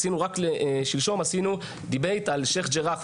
רק שלשום עשינו דיבייט על שייח' ג'ראח,